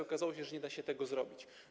Okazało się, że nie da się tego zrobić.